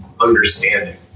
understanding